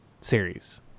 series